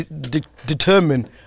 determine